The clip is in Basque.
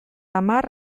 hamar